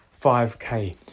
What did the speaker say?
5k